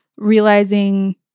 realizing